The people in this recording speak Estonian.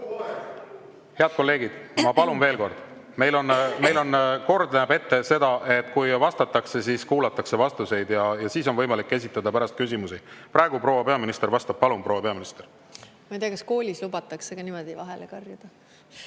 Head kolleegid, ma palun veel kord. Meil kord näeb ette seda, et kui vastatakse, siis kuulatakse vastuseid ja siis on võimalik esitada küsimusi. Praegu proua peaminister vastab. Palun, proua peaminister! Ma ei tea, kas koolis lubatakse ka niimoodi vahele karjuda.